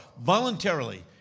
voluntarily